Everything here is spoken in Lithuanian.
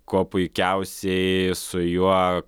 kuo puikiausiai su juo